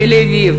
תל-אביב,